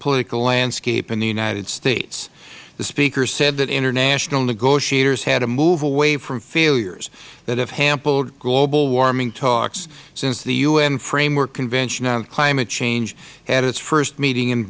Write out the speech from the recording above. political landscape in the united states the speaker said that international negotiators had to move away from failures that have hampered global warming talks since the u n framework convention on climate change had its first meeting in